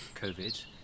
COVID